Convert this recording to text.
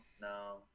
no